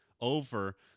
over